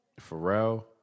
Pharrell